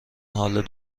حال